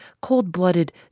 cold-blooded